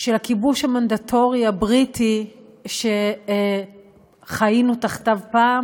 של הכיבוש המנדטורי הבריטי שחיינו תחתיו פעם